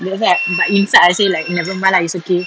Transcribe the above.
that's why but inside I say like nevermind lah it's okay